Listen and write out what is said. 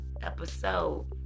episode